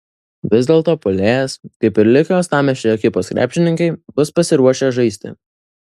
vis dėlto puolėjas kaip ir likę uostamiesčio ekipos krepšininkai bus pasiruošę žaisti